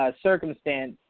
circumstance